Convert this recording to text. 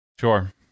Sure